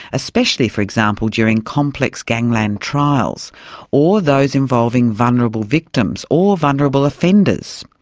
especially, for example, during complex gangland trials or those involving vulnerable victims or vulnerable offenders,